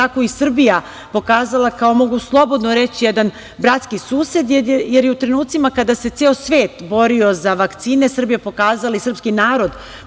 tako i Srbija pokazala kao, mogu slobodno reći, jedan bratski sused, jer je u trenucima kada se ceo svet borio za vakcine Srbija i srpski narod